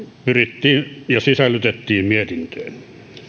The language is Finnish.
pyrittiin sisällyttämään ja sisällytettiin mietintöön